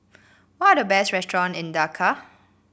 what are the best restaurant in Dakar